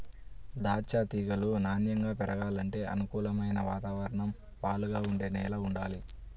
దాచ్చా తీగలు నాన్నెంగా పెరగాలంటే అనుకూలమైన వాతావరణం, వాలుగా ఉండే నేల వుండాలి